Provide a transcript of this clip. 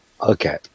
Okay